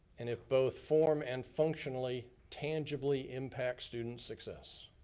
and if both form and functionally tangibly impact student success.